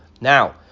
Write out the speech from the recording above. now